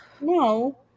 no